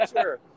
Sure